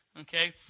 okay